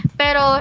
pero